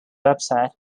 website